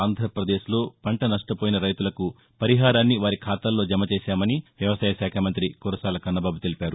ఆంధ్రప్రదేశ్లో పంట నష్టపోయిన రైతులకు పరిహారాన్ని వారి ఖాతాల్లో జమచేశామని వ్యవసాయ శాఖా మంతి కురసాల కన్నబాబు తెలిపారు